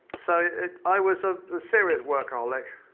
so i was a serious workaholic.